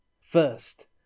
First